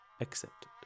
accepted